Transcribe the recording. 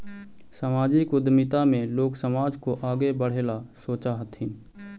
सामाजिक उद्यमिता में लोग समाज को आगे बढ़े ला सोचा हथीन